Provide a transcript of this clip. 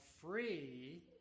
free